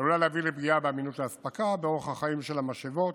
עלולה להביא לפגיעה באמינות האספקה ובאורך החיים של המשאבות